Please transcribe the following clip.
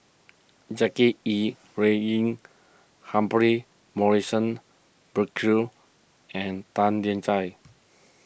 Jackie Yi Ru Ying Humphrey Morrison Burkill and Tan Lian Chye